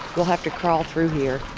we'll have to crawl through here.